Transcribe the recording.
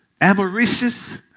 Avaricious